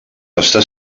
està